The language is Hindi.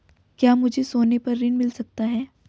क्या मुझे सोने पर ऋण मिल सकता है?